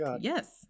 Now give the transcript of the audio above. yes